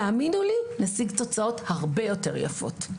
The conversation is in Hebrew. תאמינו לי, נשיג תוצאות הרבה יותר יפות.